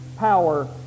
power